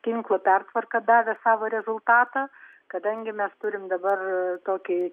tinklo pertvarka davė savo rezultatą kadangi mes turim dabar tokį